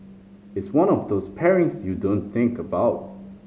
it's one of those pairings you don't think about